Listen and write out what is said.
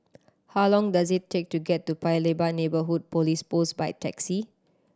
how long does it take to get to Paya Lebar Neighbourhood Police Post by taxi